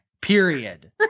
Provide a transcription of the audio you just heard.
Period